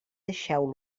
deixeu